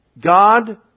God